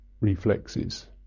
reflexes